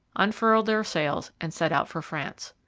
unfurled their sails and set out for france.